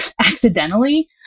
accidentally